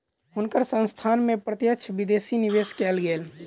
हुनकर संस्थान में प्रत्यक्ष विदेशी निवेश कएल गेल